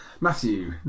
Matthew